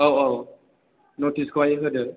औ औ नटिसखौहाय होदो